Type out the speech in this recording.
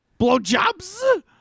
blowjobs